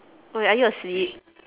wait are you asleep